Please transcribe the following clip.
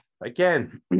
again